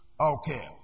Okay